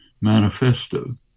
manifesto